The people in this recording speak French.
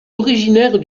originaire